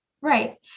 Right